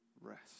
rest